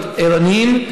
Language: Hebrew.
להיות ערניים,